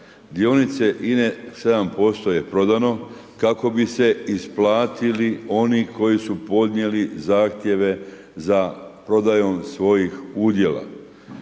dionice INA-e 7% je prodano kako bi se isplatili oni koji su podnijeli zahtjeve za prodajom svojih udjela.